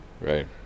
Right